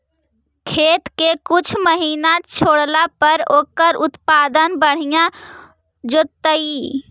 खेत के कुछ महिना छोड़ला पर ओकर उत्पादन बढ़िया जैतइ?